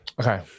okay